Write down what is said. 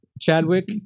Chadwick